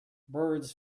birds